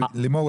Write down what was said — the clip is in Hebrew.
לימור,